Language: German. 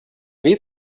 weh